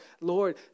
Lord